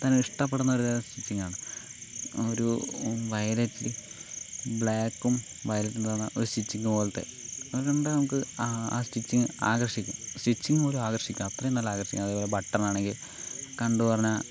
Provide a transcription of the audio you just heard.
എല്ലാവരും ഇഷ്ടപ്പെടുന്ന ഒരു സ്റ്റിച്ചിങ്ങാണ് ഒരു വയലറ്റിൽ ബ്ലാക്കും വയലറ്റും എന്ന് പറഞ്ഞ ഒരു സ്റ്റിച്ചിങ് പോലത്തെ അത് കണ്ട് നമുക്ക് ആ സ്റ്റിച്ചിങ് ആകർഷിക്കും സ്റ്റിച്ചിങ് പോലും ആകർഷിക്കും അത്രയും നല്ല ആകർഷിക്കും അതുപോലെ ബട്ടണാന്നെങ്കിൽ കണ്ട് പറഞ്ഞാൽ